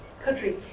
Country